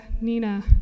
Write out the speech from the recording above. Nina